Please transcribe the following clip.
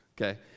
Okay